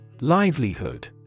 Livelihood